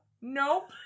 Nope